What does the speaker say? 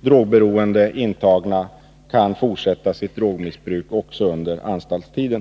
drogberoende intagna kan fortsätta med sitt drogmissbruk också under anstaltstiden.